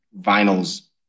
Vinyl's